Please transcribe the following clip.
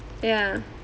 ya